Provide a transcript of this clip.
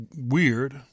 weird